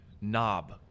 Knob